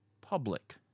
public